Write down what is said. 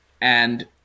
and-